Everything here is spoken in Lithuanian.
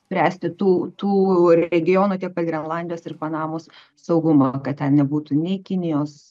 spręsti tų tų regionų tiek pat grenlandijos ir panamos saugumą kad ten nebūtų nei kinijos